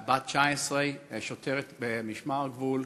בת 19, שוטרת במשמר הגבול.